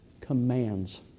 commands